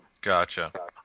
Gotcha